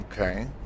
Okay